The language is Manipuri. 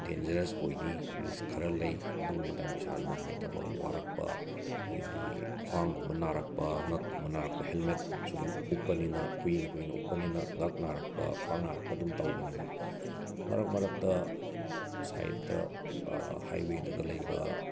ꯗꯦꯟꯖꯔꯁ ꯑꯣꯏꯅꯤ ꯔꯤꯁ꯭ꯛ ꯈꯔ ꯂꯩ ꯑꯗꯨꯒꯨꯝꯕ ꯇꯥꯏꯝ ꯏꯁꯥ ꯅꯨꯡꯉꯥꯏꯇꯕ ꯋꯥꯔꯛꯄ ꯑꯗꯒꯤ ꯈ꯭ꯋꯥꯡꯒꯨꯝꯕ ꯅꯥꯔꯛꯄ ꯉꯛꯀꯨꯝꯕ ꯅꯥꯔꯛꯄ ꯍꯦꯜꯃꯦꯠꯁꯨ ꯎꯞꯄꯅꯤꯅ ꯀꯨꯏꯅ ꯀꯨꯏꯅ ꯎꯞꯄꯅꯤꯅ ꯉꯛ ꯅꯥꯔꯛꯄ ꯈ꯭ꯋꯥꯡ ꯅꯥꯔꯛꯄ ꯑꯗꯨꯝ ꯇꯧꯕꯅꯤꯅ ꯃꯔꯛ ꯃꯔꯛꯇ ꯁꯥꯏꯠꯇ ꯍꯥꯏꯋꯦꯗꯒ ꯂꯩꯕ